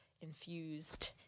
infused